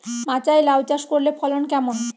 মাচায় লাউ চাষ করলে ফলন কেমন?